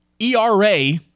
ERA